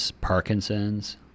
Parkinson's